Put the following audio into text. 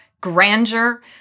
grandeur